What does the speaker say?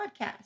podcast